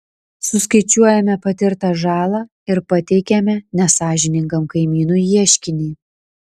suskaičiuojame patirtą žalą ir pateikiame nesąžiningam kaimynui ieškinį